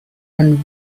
and